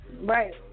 Right